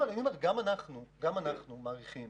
גם אנחנו מעריכים